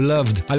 Loved